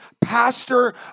Pastor